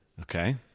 Okay